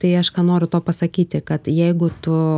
tai aš ką noriu tuo pasakyti kad jeigu tu